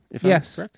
Yes